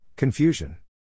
Confusion